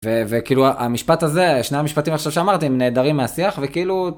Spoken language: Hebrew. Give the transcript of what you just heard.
וכאילו המשפט הזה, שני המשפטים עכשיו שאמרתי הם נעדרים מהשיח וכאילו.